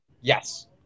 Yes